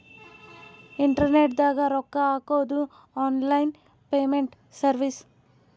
internet ದಾಗ ರೊಕ್ಕ ಹಾಕೊದು ಆನ್ಲೈನ್ ಪೇಮೆಂಟ್ ಸರ್ವಿಸ್